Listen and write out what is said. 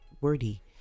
wordy